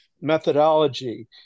methodology